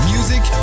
Music